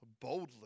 boldly